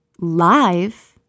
live